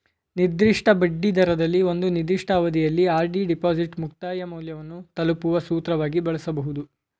ನಿರ್ದಿಷ್ಟ ಬಡ್ಡಿದರದಲ್ಲಿ ಒಂದು ನಿರ್ದಿಷ್ಟ ಅವಧಿಯಲ್ಲಿ ಆರ್.ಡಿ ಡಿಪಾಸಿಟ್ ಮುಕ್ತಾಯ ಮೌಲ್ಯವನ್ನು ತಲುಪುವ ಸೂತ್ರವಾಗಿ ಬಳಸಬಹುದು